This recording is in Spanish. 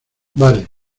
vale